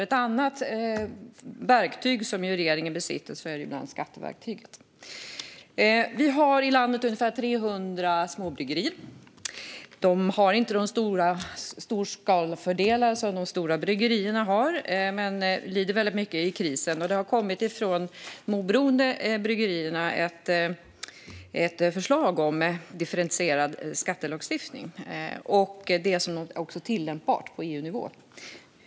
Ett annat verktyg som regeringen besitter är ju skatteverktyget. Vi har i landet ungefär 300 småbryggerier. De har inte de storskalighetsfördelar som de stora bryggerierna har, och de lider väldigt mycket i krisen. Från de oberoende bryggerierna har det kommit ett förslag om differentierad skattelagstiftning, det som också är tillämpbart på EU-nivå.